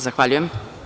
Zahvaljujem.